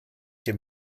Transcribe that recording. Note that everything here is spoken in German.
dem